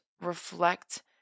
reflect